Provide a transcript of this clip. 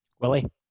Willie